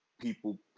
people